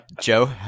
Joe